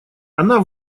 она